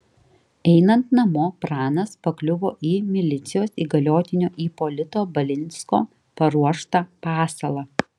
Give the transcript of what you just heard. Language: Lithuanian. einant namo pranas pakliuvo į milicijos įgaliotinio ipolito balinsko paruoštą pasalą